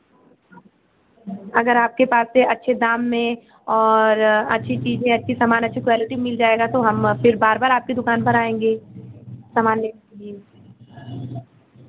अगर आपके पास से अच्छे दाम में और अच्छी चीज़ें अच्छी सामान अच्छी क्वालिटी मिल जाएगा तो हम फिर बार बार आपके दुकान पर आएँगे सामान लेने के लिए